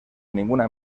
ninguna